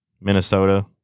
Minnesota